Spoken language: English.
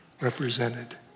represented